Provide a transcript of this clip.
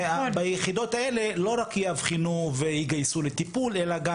ביחידות האלה לא רק יאבחנו ויגייסו לטיפול אלא גם